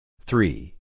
three